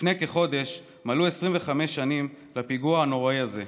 לפני כחודש מלאו 25 שנים לפיגוע הנוראי הזה,